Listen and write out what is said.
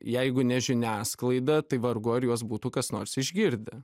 jeigu ne žiniasklaida tai vargu ar juos būtų kas nors išgirdę